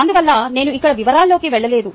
అందువల్ల నేను ఇక్కడ వివరాలలోకి వెళ్లట్లేదు